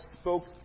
spoke